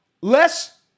less